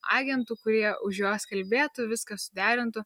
agentų kurie už juos kalbėtų viską suderintų